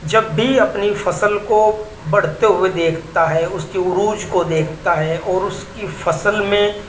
جب بھی اپنی فصل کو بڑھتے ہوئے دیکھتا ہے اس کے عروج کو دیکھتا ہے اور اس کی فصل میں